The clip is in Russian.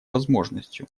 возможностью